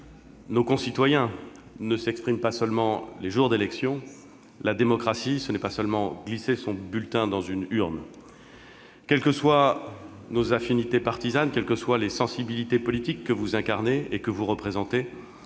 nos concitoyens ne s'expriment pas seulement les jours d'élection. La démocratie, ce n'est pas seulement glisser son bulletin dans une urne. Quelles que soient nos affinités partisanes, quelles que soient les sensibilités politiques que vous incarnez et que vous représentez,